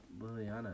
Liliana